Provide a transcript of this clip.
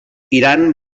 iran